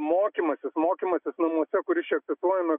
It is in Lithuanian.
mokymasis mokymasis namuose kuris čia cituojamas